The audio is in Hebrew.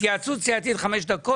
התייעצות סיעתית חמש דקות.